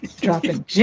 dropping